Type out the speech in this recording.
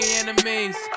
enemies